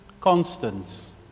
constants